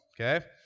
okay